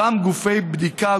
גם גופי בדיקה,